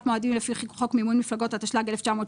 מועדים לפי חוק מימון מפלגות התשל"ג-1973,